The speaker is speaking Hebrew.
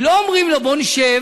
לא אומרים לו: בוא נשב,